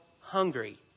hungry